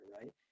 right